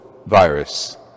virus